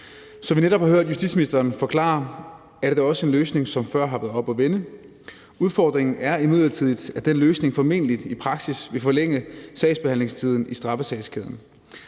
Som vi netop har hørt justitsministeren forklare, er det da også en løsning, som før har været oppe at vende. Udfordringen er imidlertid, at den løsning formentlig i praksis vil forlænge sagsbehandlingstiden i straffesagskæden.